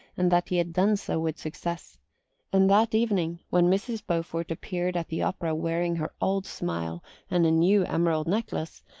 and that he had done so with success and that evening, when mrs. beaufort appeared at the opera wearing her old smile and a new emerald necklace,